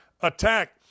attack